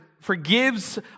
forgives